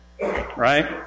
Right